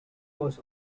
was